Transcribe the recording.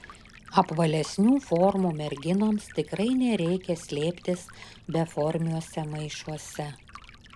apvalesnių formų merginoms tikrai nereikia slėptis beformiuose maišuose